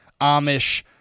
Amish